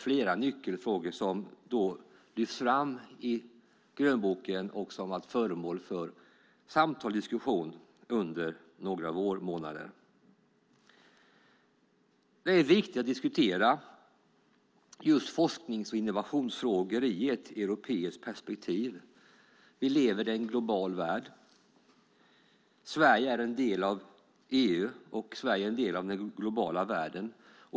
Flera nyckelfrågor lyfts fram i grönboken - frågor som under några vårmånader varit föremål för samtal och diskussion. Det är viktigt att diskutera just forsknings och innovationsfrågor i ett europeiskt perspektiv. Vi lever i en global värld. Sverige är en del av EU, och Sverige är en del av den globala världen.